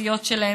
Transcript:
הבסיסיות שלהם.